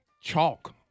chalk